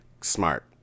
Smart